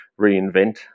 reinvent